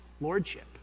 Lordship